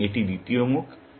সুতরাং এটি দ্বিতীয় মুখ